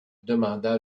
demanda